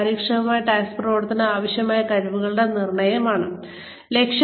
കാര്യക്ഷമമായ ടാസ്ക് പ്രകടനത്തിന് ആവശ്യമായ കഴിവുകളുടെ നിർണ്ണയം ആണ്